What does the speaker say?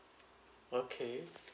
okay